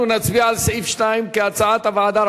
אנחנו נצביע על סעיף 2, כהצעת הוועדה.